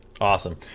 Awesome